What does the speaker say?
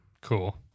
Cool